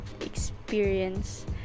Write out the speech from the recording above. experience